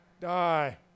die